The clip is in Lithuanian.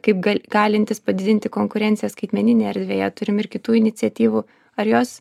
kaip galintis padidinti konkurenciją skaitmeninėj erdvėje turim ir kitų iniciatyvų ar jos